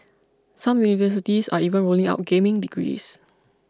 some universities are even rolling out gaming degrees